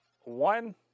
one